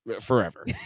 forever